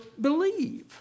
believe